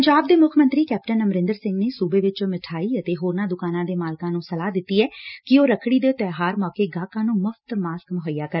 ਪੰਜਾਬ ਦੇ ਮੁੱਖ ਮੰਤਰੀ ਕੈਪਟਨ ਅਮਰੰਦਰ ਸਿੰਘ ਨੇ ਸੁਬੇ ਵਿਚ ਮਿਠਾਈ ਅਤੇ ਹੋਰਨਾਂ ਦੁਕਾਨਾਂ ਦੇ ਮਾਲਕਾਂ ਨੂੰ ਸਲਾਹ ਦਿੱਤੀ ਐ ਕਿ ਉਹ ਰੱਖੜੀ ਦੇ ਤਿਉਹਾਰ ਮੌਕੇ ਗਾਹਕਾਂ ਨੂੰ ਮੁਫ਼ਤ ਮਾਸਕ ਮੁਹੱਈਆ ਕਰਨ